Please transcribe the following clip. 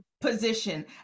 position